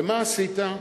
ומה עשית?